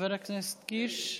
חבר הכנסת קיש?